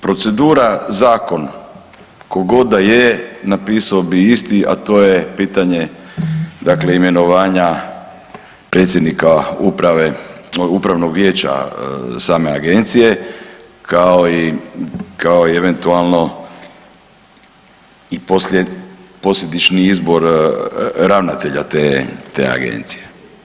Procedura zakon ko god da je napisao bi isti, a to je pitanje imenovanja predsjednika upravnog vijeća same agencije kao i eventualno i posljedični izbor ravnatelja te agencije.